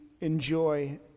enjoy